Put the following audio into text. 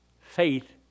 faith